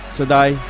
today